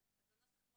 אז הנוסח,